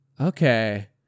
okay